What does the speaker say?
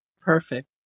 Perfect